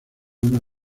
una